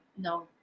no